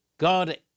God